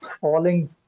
falling